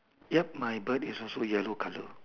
ya my bird is also yellow colour